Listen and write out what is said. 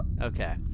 Okay